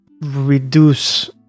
reduce